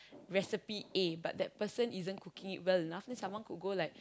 recipe A but that person isn't cooking it well enough then someone could go like